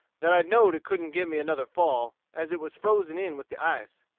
that i know'd it couldn't give me another fall, as it was frozen in with the ice.